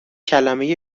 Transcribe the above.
کلمه